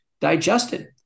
digested